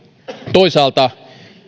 toisaalta